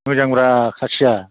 मोजांब्रा खासिया